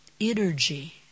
energy